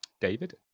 David